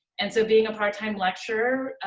and so being a part time lecturer.